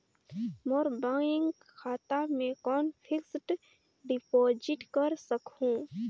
मोर bank खाता मे कौन फिक्स्ड डिपॉजिट कर सकहुं?